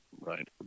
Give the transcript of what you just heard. Right